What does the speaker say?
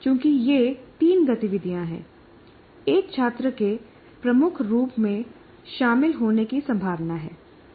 चूंकि ये तीन गतिविधियां हैं एक छात्र के प्रमुख रूप से शामिल होने की संभावना है